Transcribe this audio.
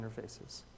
interfaces